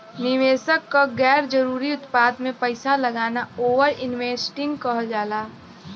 निवेशक क गैर जरुरी उत्पाद में पैसा लगाना ओवर इन्वेस्टिंग कहल जाला